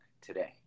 today